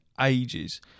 ages